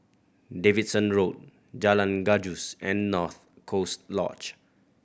Davidson Road Jalan Gajus and North Coast Lodge